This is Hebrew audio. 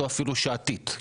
או אפילו שעתית.